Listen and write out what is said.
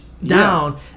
down